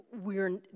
we're-